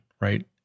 right